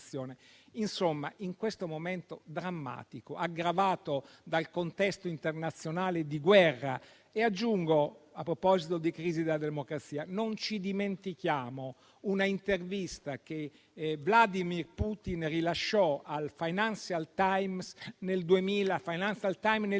Insomma, è questo un momento drammatico, aggravato dal contesto internazionale di guerra. A proposito di crisi della democrazia, non ci dimentichiamo una intervista che Vladimir Putin rilasciò al «Financial Times» nel 2019,